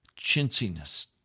Chintziness